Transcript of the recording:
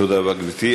תודה רבה, גברתי.